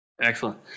Excellent